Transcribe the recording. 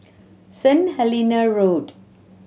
Saint Helena Road